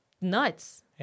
Nuts